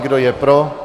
Kdo je pro?